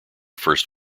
first